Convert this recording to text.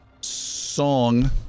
song